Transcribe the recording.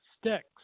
sticks